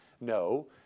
No